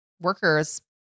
workers